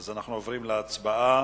אנחנו עוברים להצבעה.